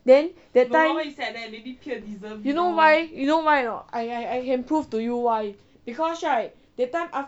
then that time you know why you know why or not I I I can prove to you why because right that time after